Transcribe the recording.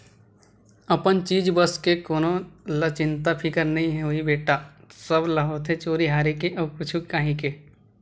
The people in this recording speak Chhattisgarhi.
अपन चीज बस के कोन ल चिंता फिकर नइ होही बेटा, सब ल होथे चोरी हारी के अउ कुछु काही के